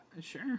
sure